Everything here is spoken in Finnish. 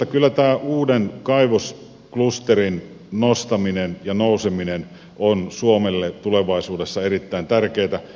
kyllä tämä uuden kaivosklusterin nostaminen ja nouseminen on suomelle tulevaisuudessa erittäin tärkeätä